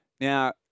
Now